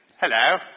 hello